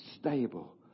stable